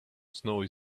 snowy